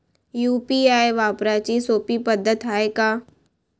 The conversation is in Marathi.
यू.पी.आय वापराची सोपी पद्धत हाय का?